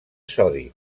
sodi